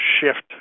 shift